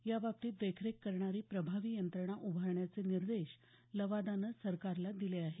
याबाबतीत देखरेख करणारी प्रभावी यंत्रणा उभारण्याचे निर्देश लवादानं सरकारला दिले आहेत